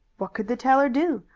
what could the teller do?